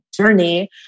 journey